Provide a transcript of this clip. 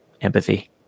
empathy